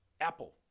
Apple